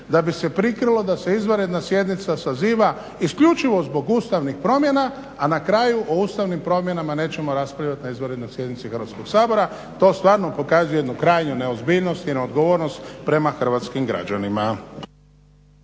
da bi se prikrilo da se izvanredna sjednica saziva isključivo zbog ustavnih promjena, a na kraju o ustavnim promjenama nećemo raspravljati na izvanrednoj sjednici Hrvatskog sabora. To stvarno pokazuje jednu krajnju neozbiljnost i neodgovornost prema hrvatskim građanima.